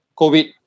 covid